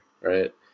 right